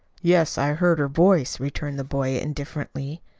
yes, i heard her voice, returned the boy indifferently.